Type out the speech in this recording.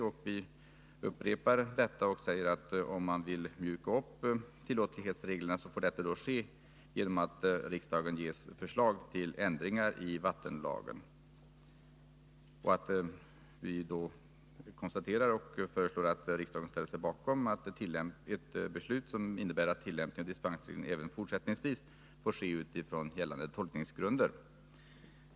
Utskottet upprepar detta och säger, att om man vill mjuka upp tillåtlighetsreglerna, får detta ske genom att riksdagen ges förslag till ändringar i vattenlagen. Vi föreslår att riksdagen ställer sig bakom ett beslut som innebär att tillämpningen av dispensregeln även fortsättningsvis får ske utifrån gällande tolkningsgrunder.